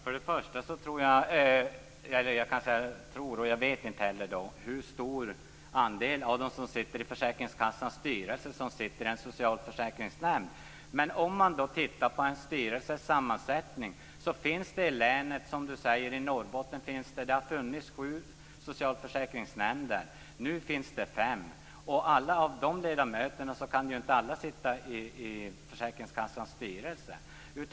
Herr talman! Jag vet inte hur stor andel av dem som sitter i försäkringskassans styrelse som sitter i en socialförsäkringsnämnd. Som Göran Lindblad säger har det funnits sju socialförsäkringsnämnder i Norrbotten. Nu finns det fem. Alla dessa ledamöter kan ju inte sitta i försäkringskassans styrelse.